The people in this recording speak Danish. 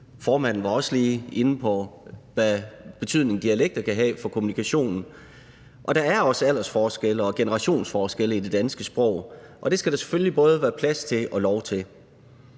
formanden var også lige inde på, hvad for en betydning dialekter kan have for kommunikationen – og der er også aldersforskelle og generationsforskelle i det danske sprog, og det skal der selvfølgelig være plads til og lov til.